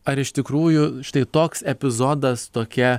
ar iš tikrųjų štai toks epizodas tokia